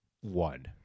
one